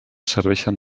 serveixen